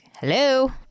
hello